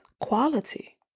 quality